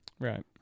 Right